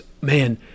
man